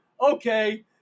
okay